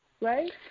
right